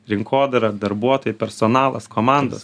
rinkodara darbuotojai personalas komandos